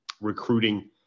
recruiting